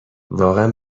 واقعا